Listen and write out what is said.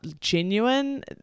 genuine